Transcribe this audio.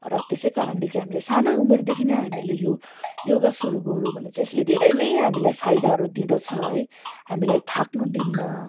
र त्यसै कारणले चाहिँ हामीले सानै उमेरदेखि नै हामीले यो योगा सुरु गऱ्यौँ भने चाहिँ यसले धेरै नै हामलाई फायदाहरू दिँदछ है हामीलाई थाक्नु दिन्न